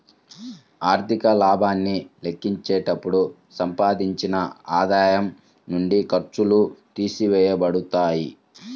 ఆర్థిక లాభాన్ని లెక్కించేటప్పుడు సంపాదించిన ఆదాయం నుండి ఖర్చులు తీసివేయబడతాయి